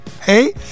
hey